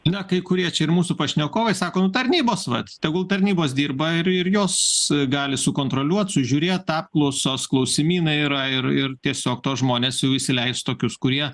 na kai kurie čia ir mūsų pašnekovai sako nu tarnybos vat tegul tarnybos dirba ir ir jos gali sukontroliuot sužiūrėt apklausos klausimynai yra ir ir tiesiog tuos žmones jau įsileis tokius kurie